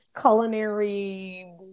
culinary